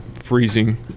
Freezing